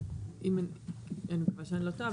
אני מקווה שאני לא טועה,